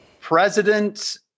President